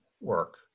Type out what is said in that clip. work